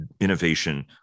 Innovation